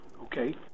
okay